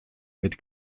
mit